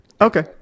okay